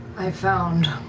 i've found,